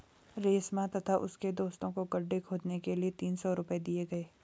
रमेश तथा उसके दोस्तों को गड्ढे खोदने के लिए तीन सौ रूपये दिए गए